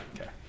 okay